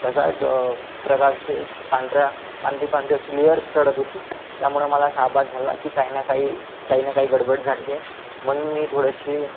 ढगाळ प्रकारचे एक पांढऱ्या पांढरी पांढरी अशी लेयर चढत होती त्यामुळं मला असा आभास झाला की काही ना काही काही ना काही गडबड झाली आहे म्हणून मी थोडेशी